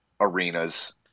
arenas